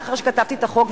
לאחר שכתבתי את החוק,